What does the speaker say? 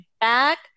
back